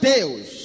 Deus